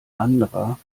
anderer